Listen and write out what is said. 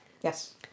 Yes